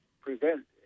prevent